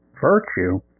virtue